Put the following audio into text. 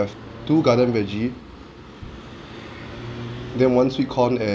two garden veggie then one sweet corn and